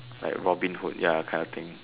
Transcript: like Robin-Hood ya kind of thing